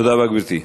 תודה רבה, גברתי.